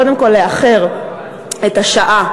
קודם כול, לאחר את השעה